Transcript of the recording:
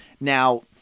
Now